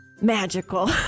magical